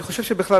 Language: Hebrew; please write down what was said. אני חושב שבכלל,